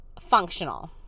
functional